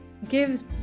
gives